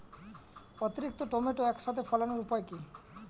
অতিরিক্ত টমেটো একসাথে ফলানোর উপায় কী?